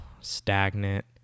Stagnant